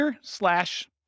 slash